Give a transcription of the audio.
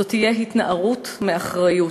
זו תהיה התנערות מאחריות,